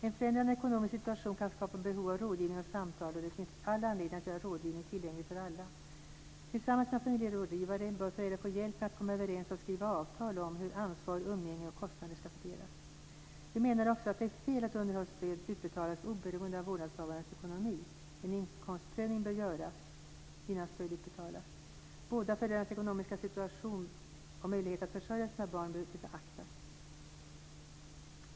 En förändrad ekonomisk situation kan skapa behov av rådgivning och samtal, och det finns all anledning att göra rådgivning tillgänglig för alla. Tillsammans med en familjerådgivare bör föräldrar få hjälp att komma överens och skriva avtal om hur ansvar, umgänge och kostnader ska fördelas. Vi menar också att det är fel att underhållsstöd utbetalas oberoende av vårdnadshavarens ekonomi. En inkomstprövning bör göras innan stöd utbetalas. Båda föräldrarnas ekonomiska situation och möjlighet att försörja sina barn bör beaktas.